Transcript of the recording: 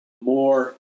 more